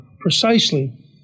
precisely